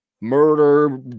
Murder